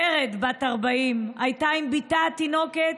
ורד, בת 40, הייתה עם בתה התינוקת